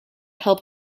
help